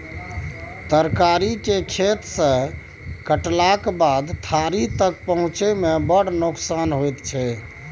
तरकारी केर खेत सँ कटलाक बाद थारी तक पहुँचै मे बड़ नोकसान होइ छै